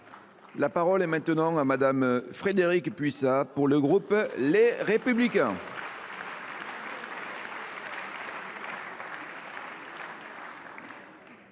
La parole est à Mme Frédérique Puissat, pour le groupe Les Républicains.